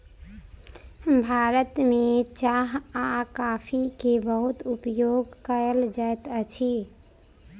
भारत में चाह आ कॉफ़ी के बहुत उपयोग कयल जाइत अछि